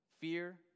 Fear